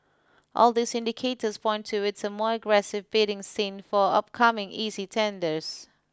all these indicators point towards a more aggressive bidding scene for upcoming E C tenders